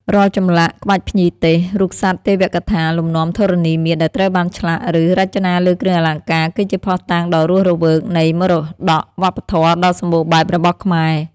រាល់ចម្លាក់ ក្បាច់ភ្ញីទេស រូបសត្វទេវកថា លំនាំធរណីមាត្រ ដែលត្រូវបានឆ្លាក់ ឬរចនាលើគ្រឿងអលង្ការ គឺជាភស្តុតាងដ៏រស់រវើកនៃ មរតកវប្បធម៌ដ៏សម្បូរបែបរបស់ខ្មែរ។